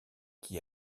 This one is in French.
qui